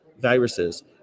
viruses